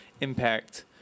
impact